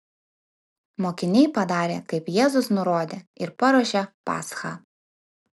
mokiniai padarė kaip jėzus nurodė ir paruošė paschą